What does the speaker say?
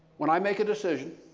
when i make a decision